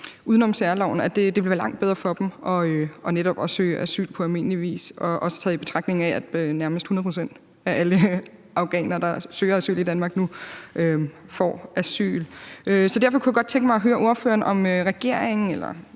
uden om særloven, netop at søge asyl på almindelig vis, også taget i betragtning af, at nærmest 100 pct. af alle afghanere, der søger asyl i Danmark nu, får asyl. Så derfor kunne jeg godt tænke mig at høre ordføreren, om regeringen